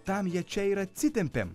tam jie čia ir atsitempėm